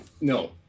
No